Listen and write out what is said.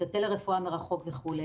את הטלא-רפואה מרחוק וכו'.